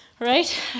Right